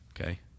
okay